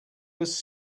was